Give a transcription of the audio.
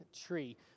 tree